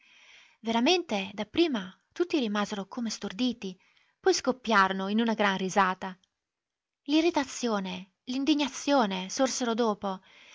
veramente dapprima tutti rimasero come storditi poi scoppiarono in una gran risata l'irritazione l'indignazione sorsero dopo